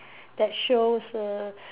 that shows err